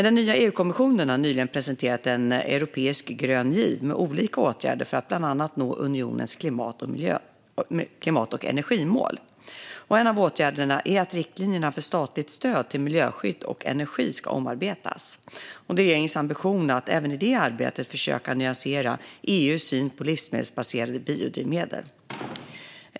Den nya EU-kommissionen har dock nyligen presenterat en europeisk grön giv med olika åtgärder för att bland annat nå unionens klimat och energimål. En av åtgärderna är att riktlinjerna för statligt stöd till miljöskydd och energi ska omarbetas. Det är regeringens ambition att även i det arbetet försöka nyansera EU:s syn på livsmedelsbaserade biodrivmedel.